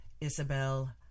Isabel